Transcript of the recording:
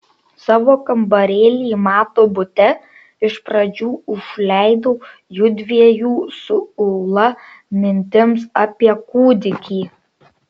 savo kambarėlį mato bute iš pradžių užleidau jųdviejų su ūla mintims apie kūdikį